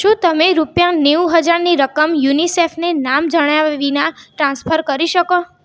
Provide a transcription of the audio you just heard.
શું તમે રૂપિયા નેવું હજારની રકમ યુનિસેફને નામ જણાવ્યા વિના ટ્રાન્સફર કરી શકો